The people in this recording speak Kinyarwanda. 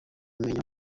mumenya